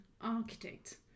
architect